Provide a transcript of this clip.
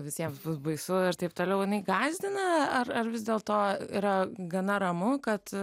visiems bus baisu ir taip toliau jinai gąsdina ar ar vis dėlto yra gana ramu kad